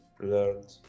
learned